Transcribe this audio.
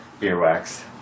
earwax